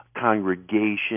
congregation